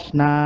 na